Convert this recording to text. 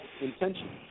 Intention